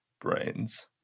brains